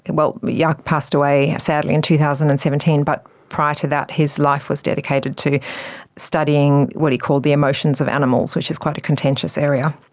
and well, jaak passed away sadly in two thousand and seventeen, but prior to that his life was dedicated to studying what he called the emotions of animals, which is quite a contentious area.